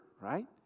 right